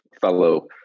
fellow